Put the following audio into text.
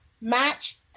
match